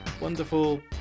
wonderful